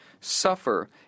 suffer